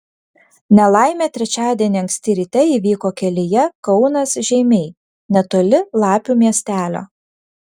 nelaimė trečiadienį anksti ryte įvyko kelyje kaunas žeimiai netoli lapių miestelio